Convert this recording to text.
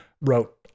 wrote